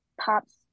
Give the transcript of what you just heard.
pops